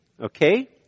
okay